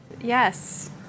Yes